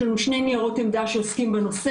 יש לנו שני ניירות עמדה שעוסקים בנושא,